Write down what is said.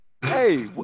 Hey